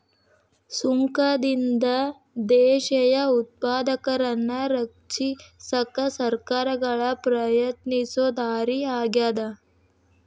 ಸುಂಕದಿಂದ ದೇಶೇಯ ಉತ್ಪಾದಕರನ್ನ ರಕ್ಷಿಸಕ ಸರ್ಕಾರಗಳ ಪ್ರಯತ್ನಿಸೊ ದಾರಿ ಆಗ್ಯಾದ